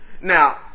Now